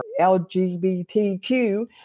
LGBTQ